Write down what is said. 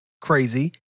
crazy